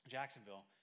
Jacksonville